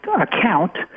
account